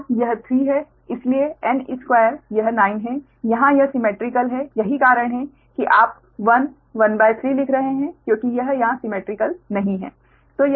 तो यह 3 है इसलिए n2 यह 9 है यहां यह सीमेट्रिकल है यही कारण है कि आप 1 13 लिख रहे हैं लेकिन यहां यह सीमेट्रिकल नहीं है